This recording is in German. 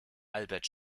albert